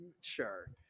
Sure